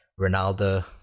Ronaldo